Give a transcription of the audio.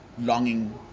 longing